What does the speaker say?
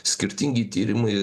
skirtingi tyrimai